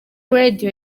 radio